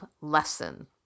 lesson